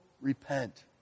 repent